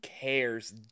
cares